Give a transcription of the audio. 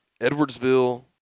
Edwardsville